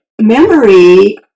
memory